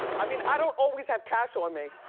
i mean, i don't always have cash on me.